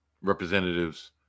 representatives